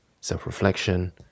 self-reflection